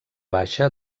baixa